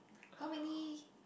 how many